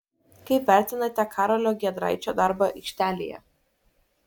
kaip vertinate karolio giedraičio darbą aikštelėje